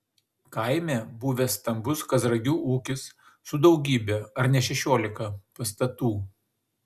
kaime buvęs stambus kazragių ūkis su daugybe ar ne šešiolika pastatų